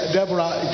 Deborah